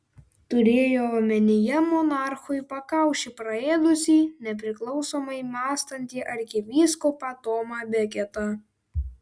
turėjo omenyje monarchui pakaušį praėdusį nepriklausomai mąstantį arkivyskupą tomą beketą